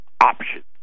options